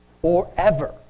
forever